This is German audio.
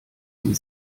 sie